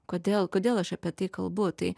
kodėl kodėl aš apie tai kalbu tai